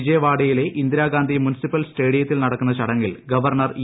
വിജയവാഢ്യൂട്ടിലെ Indira Gandhi municipal സ്റ്റേഡിയത്തിൽ നടക്കുന്ന് പ്ലൂടങ്ങിൽ ഗവർണർ ഇ